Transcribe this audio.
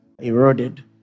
eroded